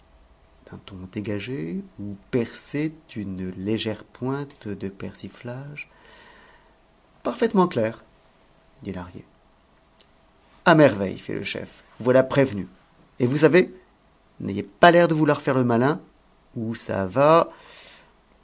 d'un ton dégagé où perçait une légère pointe de persiflage parfaitement clair dit lahrier à merveille fit le chef vous voilà prévenu et vous savez n'ayez pas l'air de vouloir faire le malin ou ça va